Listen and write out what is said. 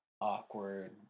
awkward